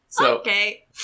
Okay